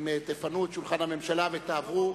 את שולחן הממשלה ותעברו.